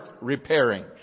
repairing